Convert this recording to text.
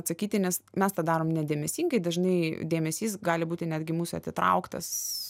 atsakyti nes mes tą darom nedėmesingai dažnai dėmesys gali būti netgi mūsų atitrauktas